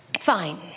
fine